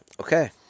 Okay